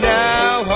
now